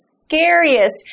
scariest